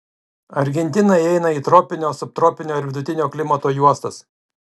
argentina įeina į tropinio subtropinio ir vidutinio klimato juostas